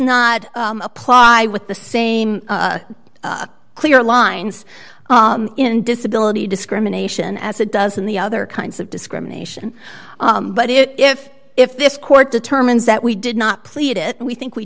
not apply with the same clear lines in disability discrimination as it does in the other kinds of discrimination but it if if this court determines that we did not plead it we think we